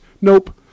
nope